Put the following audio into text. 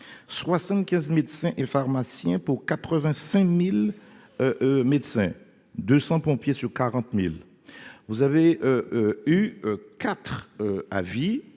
75 médecins et pharmaciens pour 85000 médecins 200 pompiers sur 40000 vous avez eu IV avis